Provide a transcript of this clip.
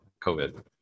COVID